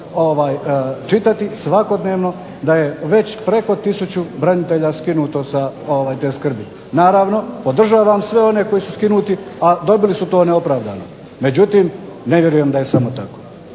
čitati svakodnevno da je već preko 1000 branitelja skinuto sa te skrbi. Naravno, podržavam sve one koji su skinuti a dobili su to neopravdano. Međutim, ne vjerujem da je samo tako.